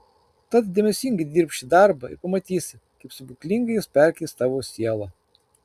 tad dėmesingai dirbk šį darbą ir pamatysi kaip stebuklingai jis perkeis tavo sielą